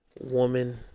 woman